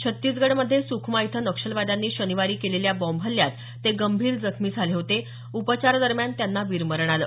छत्तीसगड मध्ये सुखमा इथं नक्षलवाद्यांनी शनिवारी केलेल्या बॉम्ब हल्ल्यात ते गंभीर जखमी झाले होते उपचारांदरम्यान त्यांना वीरमरण आलं